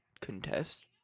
contest